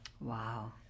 Wow